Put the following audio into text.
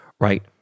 Right